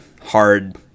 hard